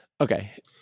Okay